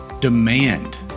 Demand